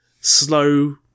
slow